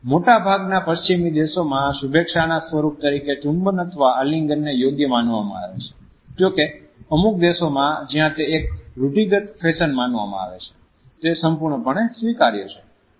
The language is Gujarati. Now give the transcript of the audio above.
મોટા ભાગના પશ્ચિમી દેશોમાં શુભેચ્છાના સ્વરૂપ તરીકે ચુંબન અથવા આલિંગનને યોગ્ય માનવામાં આવે છે જો કે અમુક દેશોમાં જ્યાં તે એક રૂઢિગત ફેશન માનવામાં આવે છે તે સંપૂર્ણપણે સ્વીકાર્ય છે